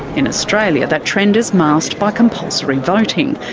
and australia that trend is masked by compulsory voting.